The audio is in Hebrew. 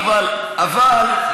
אז אותו דבר גם הוא עקבי.